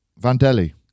Vandelli